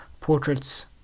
portraits